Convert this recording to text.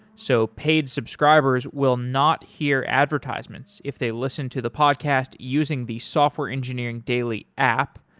so paid subscribers will not hear advertisements if they listen to the podcast using the software engineering daily app.